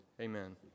Amen